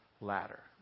ladder